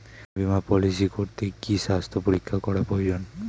জীবন বীমা পলিসি করতে কি স্বাস্থ্য পরীক্ষা করা প্রয়োজন?